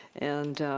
and